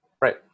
Right